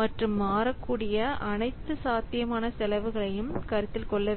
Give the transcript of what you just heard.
மற்றும் மாறக்கூடிய அனைத்து சாத்தியமான செலவுகளையும் கருத்தில் கொள்ள வேண்டும்